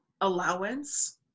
allowance